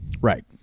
Right